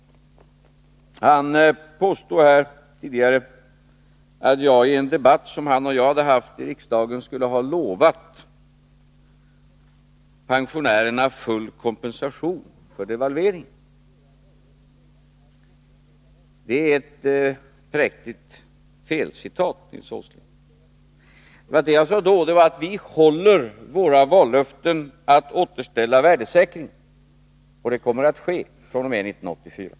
Han påstod här tidigare att jagien debatt som han och jag haft i riksdagen skulle ha lovat pensionärerna full kompensation för devalveringen. Det är ett präktigt felcitat, Nils Åsling. Vad jag sade då var att vi håller vårt vallöfte att återställa värdesäkringen, och det kommer att ske fr.o.m. 1984.